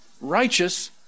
righteous